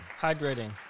Hydrating